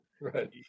Right